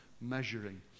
measuring